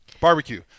Barbecue